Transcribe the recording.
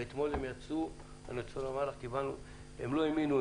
ואתמול הם יצאו הם לא האמינו,